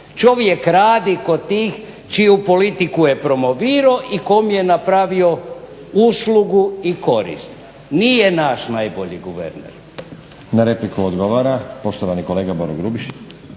čovjek radi kod tih čiju politiku je promovirao i kom je napravio uslugu i koristi. Nije naš najbolji guverner. **Stazić, Nenad (SDP)** Na repliku odgovara poštovani kolega Boro Grubišić.